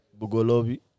Bugolobi